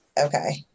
Okay